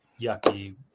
yucky